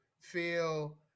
feel